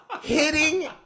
hitting